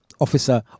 Officer